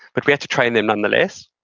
but we had to train them nonetheless,